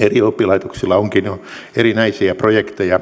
eri oppilaitoksilla onkin jo erinäisiä projekteja